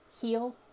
heal